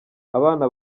abana